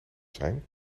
zijn